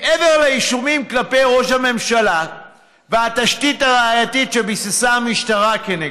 מעבר לאישומים כלפי ראש הממשלה והתשתית הראייתית שביססה המשטרה נגדו.